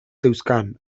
zeuzkan